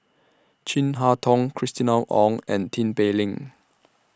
Chin Harn Tong Christina Ong and Tin Pei Ling